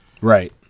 Right